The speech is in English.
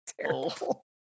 terrible